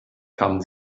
kamen